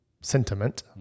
sentiment